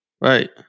Right